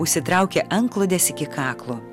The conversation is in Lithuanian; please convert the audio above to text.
užsitraukę antklodes iki kaklo